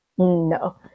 no